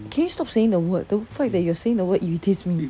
can you stop saying the word the fact that you are saying the word irritates me